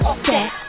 set